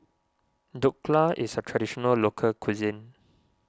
Dhokla is a Traditional Local Cuisine